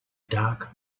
dark